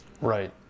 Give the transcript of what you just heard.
Right